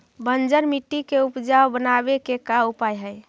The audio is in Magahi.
बंजर मट्टी के उपजाऊ बनाबे के का उपाय है?